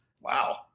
Wow